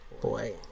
Boy